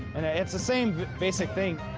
it's the same basic thing.